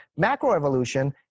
Macroevolution